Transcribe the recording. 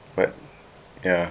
but ya